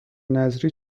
نذری